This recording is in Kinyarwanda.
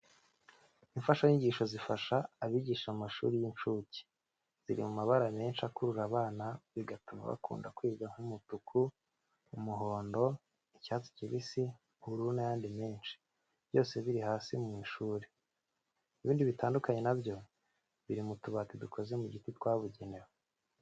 Imfashanyigisho zifasha abigisha mu mashuri y'incuke, ziri mu mabara menshi akurura abana bigatuma bakunda kwiga nk'umutuku, umuhondo, icyatsi kibisi, ubururu n'ayandi menshi byose biri hasi mu ishuri. Ibindi bitandukanye na byo biri mu tubati dukoze mu giti twabugenewe.